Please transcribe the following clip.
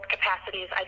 capacities